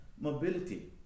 mobility